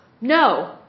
No